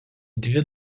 dvi